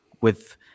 with-